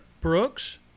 Brooks